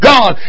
God